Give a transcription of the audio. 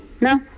no